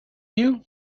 you